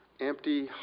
empty